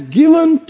given